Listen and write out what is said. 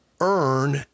earn